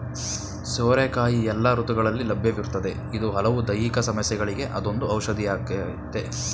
ಸೋರೆಕಾಯಿ ಎಲ್ಲ ಋತುಗಳಲ್ಲಿ ಲಭ್ಯವಿರ್ತದೆ ಇದು ಹಲವು ದೈಹಿಕ ಸಮಸ್ಯೆಗಳಿಗೆ ಅದೊಂದು ಔಷಧಿಯಾಗಯ್ತೆ